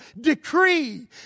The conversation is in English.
decree